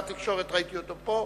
התשס"ו 2007,